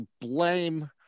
blame